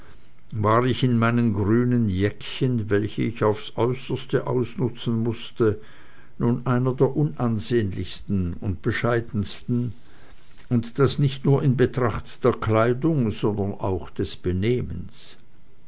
war ich in meinen grünen jäckchen welche ich aufs äußerste ausnutzen mußte nun einer der unansehnlichsten und bescheidensten und das nicht nur in betracht der kleidung sondern auch des benehmens